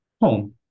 home